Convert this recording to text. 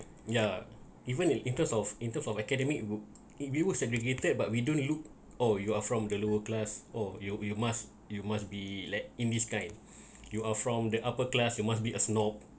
yeah even if in terms of in terms of academic group it we were segregated but we don't look oh you are from the lower class oh you you must you must be like in this kind you are from the upper class you must be a snob